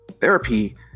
therapy